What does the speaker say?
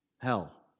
hell